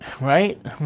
right